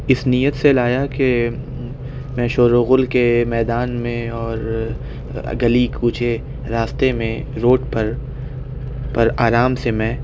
اس نیت سے لایا کہ میں شور و غل کے میدان میں اور گلی کوچے راستہ میں روڈ پر پر آرام سے میں